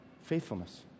faithfulness